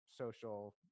social